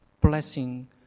blessing